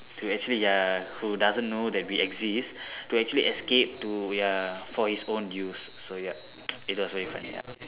to actually ya who doesn't know that we exist to actually escape to ya for his own use so yup it was very funny ya